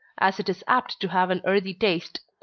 as it is apt to have an earthy taste.